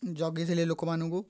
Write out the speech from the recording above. ଜଗିଥିଲେ ଲୋକମାନଙ୍କୁ